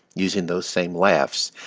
using those same laughs.